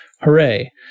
hooray